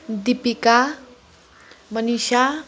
Deepika Manisha